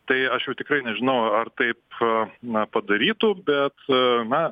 tai aš jau tikrai nežinau ar taip na padarytų bet na